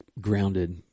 grounded